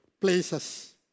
places